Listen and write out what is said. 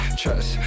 trust